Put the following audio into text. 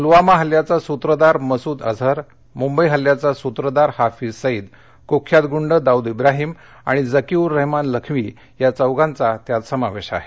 पुलवामा हल्ल्याचा सूत्रधार मसूद अजहर मुंबई हल्ल्याचा सूत्रधार हाफिज सईद कुख्यात गुंड दाऊद ब्राहीम आणि जकी उर रहमान लख्वी या चौघांचा त्यात समावेश आहे